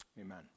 amen